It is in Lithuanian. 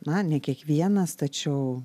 na ne kiekvienas tačiau